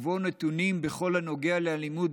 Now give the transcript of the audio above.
ובו נתונים על כל הנוגע לאלימות